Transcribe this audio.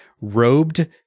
robed